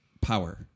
power